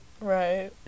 Right